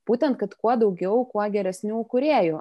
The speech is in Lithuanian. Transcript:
būtent kad kuo daugiau kuo geresnių kūrėjų